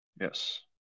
Yes